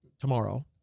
tomorrow